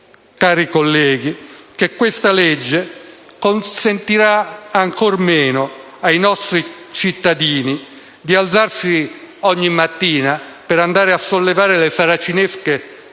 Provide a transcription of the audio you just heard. cari colleghi, che questa legge renderà ancor più difficile per i nostri cittadini alzarsi ogni mattina per andare a sollevare le saracinesche